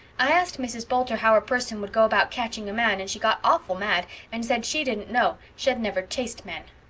i asked mrs. boulter how a person would go about catching a man and she got awful mad and said she dident know, shed never chased men.